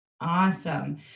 Awesome